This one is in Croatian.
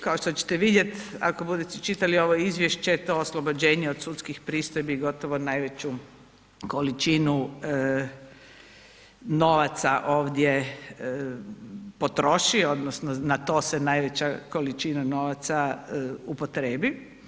Kao što ćete vidjeti ako budete čitali ovo izvješće to oslobođenje od sudskih pristojbi gotovo najveću količinu novaca ovdje potroši odnosno na to se najveća količina novaca upotrijebi.